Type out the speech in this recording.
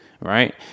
right